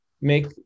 make